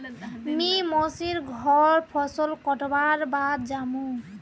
मी मोसी र घर फसल कटवार बाद जामु